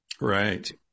Right